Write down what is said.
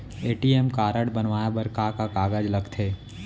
ATM card बनवाये बर का का कागज लगथे?